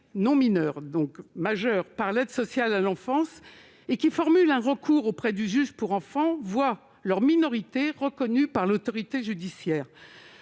services départementaux d'aide sociale à l'enfance et qui formulent un recours auprès du juge pour enfant voient leur minorité reconnue par l'autorité judiciaire.